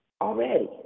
already